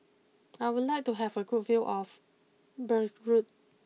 I would like to have a good view of Beirut